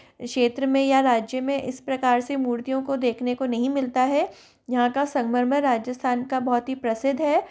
क्षेत्र में या राज्य में इस प्रकार से मूर्तियों को देखने को नहीं मिलता है यहाँ का संगमरमर राजिस्थान का बहुत ही प्रसिद्ध है